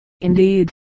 indeed